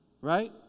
right